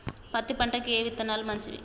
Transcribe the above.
పత్తి పంటకి ఏ విత్తనాలు మంచివి?